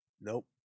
Nope